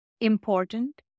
important